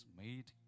made